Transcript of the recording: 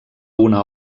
una